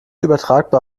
übertragbar